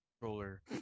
controller